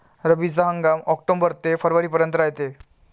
रब्बीचा हंगाम आक्टोबर ते फरवरीपर्यंत रायते